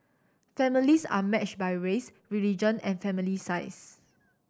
families are matched by race religion and family size